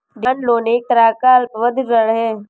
demand loan एक तरह का अल्पावधि ऋण है